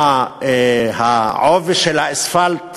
מה העובי של האספלט